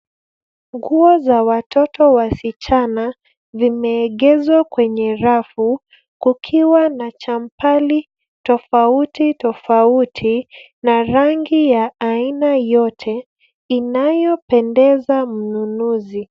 Nguo za watoto wasichana, vimeegezwa kwenye rafu, kukiwa na champali tofauti tofauti, na rangi ya aina yote, inayopendeza mnunuzi.